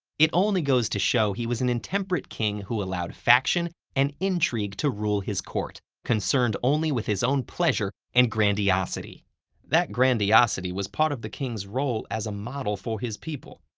it only goes to show he was an intemperate king who allowed faction and intrigue to rule his court, concerned only with his own pleasure and grandiosity. defense that grandiosity was part of the king's role as a model for his people.